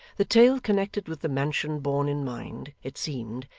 the tale connected with the mansion borne in mind, it seemed,